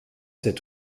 cet